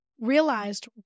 realized